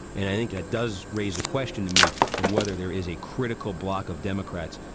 and i think it does raise the question to me of whether there is a critical bloc of democrats,